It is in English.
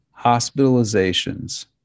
hospitalizations